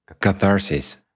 catharsis